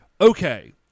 Okay